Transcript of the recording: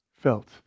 felt